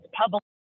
public